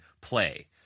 play